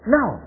Now